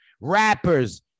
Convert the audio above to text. rappers